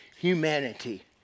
humanity